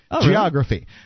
Geography